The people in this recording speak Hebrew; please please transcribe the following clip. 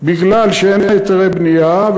כי אין היתרי בנייה.